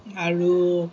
আৰু